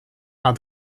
are